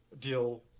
deal